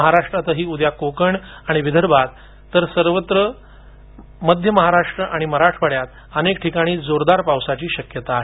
महाराष्ट्रातही उद्या कोकण आणि विदर्भात सर्वत्र तर मध्य महाराष्ट्र आणि मराठवाड्यात अनेक ठिकाणी जोरदार पावसाची शक्यता आहे